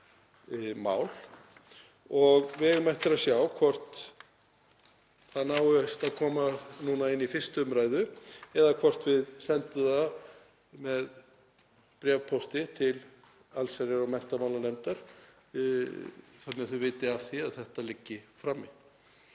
mál. Við eigum eftir að sjá hvort það náist að koma því núna í 1. umræðu eða hvort við sendum það með bréfpósti til allsherjar- og menntamálanefndar þannig að þau viti af því að þetta liggi frammi.